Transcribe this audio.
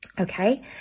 Okay